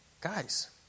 Guys